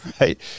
right